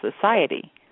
society